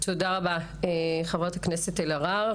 תודה רבה, חה"כ אלהרר.